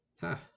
Ha